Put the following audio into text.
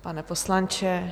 Pane poslanče?